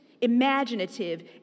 imaginative